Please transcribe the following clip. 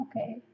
Okay